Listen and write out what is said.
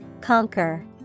Conquer